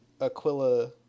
Aquila